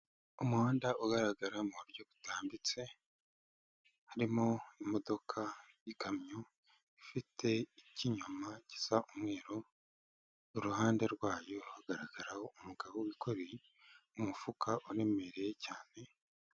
Umuhanda ugaragara mu buryo butambitse, harimo imodoka y'ikamyo ifite ikinyuma gisa umweru, kuruhande rwayo hagaragaraho umugabo wikoreye umufuka uremereye cyane.